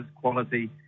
quality